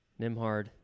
Nimhard